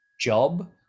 job